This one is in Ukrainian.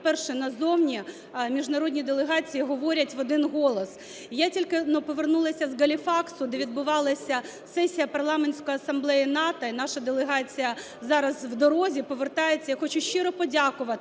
вперше назовні – міжнародні делегації говорять в один голос. Я тільки-но повернулася з Галіфакса, де відбувалася сесія Парламентської асамблеї НАТО, і наша делегація зараз в дорозі, повертається. Я хочу щиро подякувати